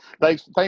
thanks